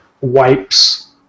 wipes